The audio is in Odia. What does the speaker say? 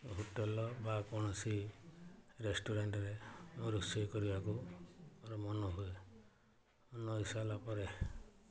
ହୋଟେଲ ବା କୌଣସି ରେଷ୍ଟୁରାଣ୍ଟରେ ମୁଁ ରୋଷେଇ କରିବାକୁ ମୋର ମନ ହୁଏ ମନ ହେଇ ସାରିଲା ପରେ